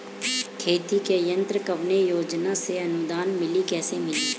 खेती के यंत्र कवने योजना से अनुदान मिली कैसे मिली?